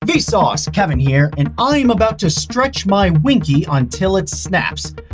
vsauce! kevin here, and i'm about to stretch my winkey until it snaps.